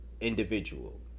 individual